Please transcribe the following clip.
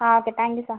ആ okay thank you sir